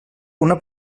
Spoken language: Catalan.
una